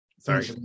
Sorry